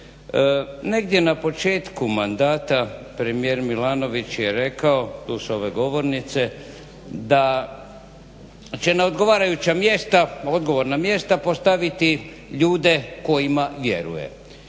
Negdje na početku mandata premijer Milanović je rekao tu s ove govornice, da će na odgovarajuća mjesta odgovorna mjesta postaviti ljude kojima vjeruje.